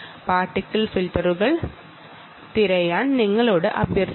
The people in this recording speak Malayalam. പാർട്ടിക്കിൾ ഫിൽറ്ററുകൾ കണ്ടെത്താൻ ഞാൻ നിങ്ങളോട് അഭ്യർത്ഥിക്കുന്നു